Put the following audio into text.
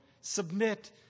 Submit